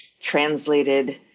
translated